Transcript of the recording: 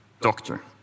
Doctor